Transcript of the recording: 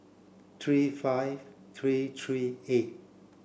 three five three three eight